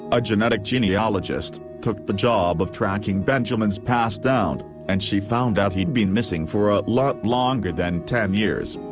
a genetic genealogist, took the job of tracking benjaman's past down, and she found that he'd been missing for a lot longer than ten years.